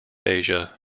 asia